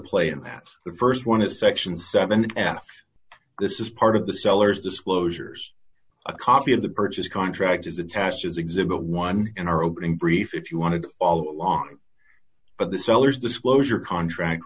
play in that the st one is section seven and this is part of the seller's disclosures a copy of the purchase contract is attached as exhibit one in our opening brief if you wanted all along but the seller's disclosure contract